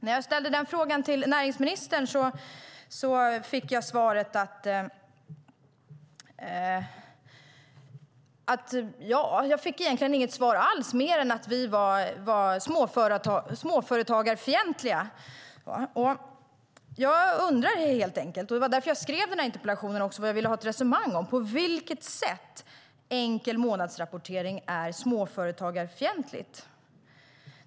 När jag ställde frågan till näringsministern fick jag egentligen inget svar alls annat än att vi var småföretagarfientliga. Jag ville ha ett resonemang om på vilket sätt enkel månadsrapportering är småföretagarfientligt.